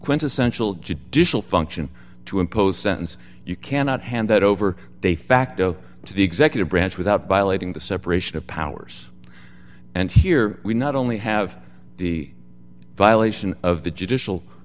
quintessential judicial function to impose sentence you cannot hand that over they facto to the executive branch without violating the separation of powers and here we not only have the violation of the judicial